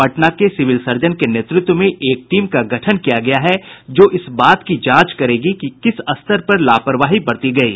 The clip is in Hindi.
पटना के सिविल सर्जन के नेतृत्व में एक टीम का गठन किया गया है जो इस बात की जांच करेगी कि किस स्तर पर लापरवाही बरती गयी